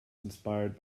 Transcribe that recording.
inspired